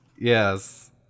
yes